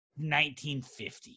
1950